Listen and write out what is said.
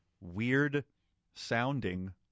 weird-sounding